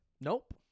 Nope